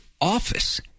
office